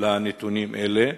לנתונים אלה?